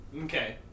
Okay